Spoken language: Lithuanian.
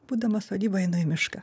būdama sodyboj einu į mišką